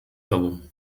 tobą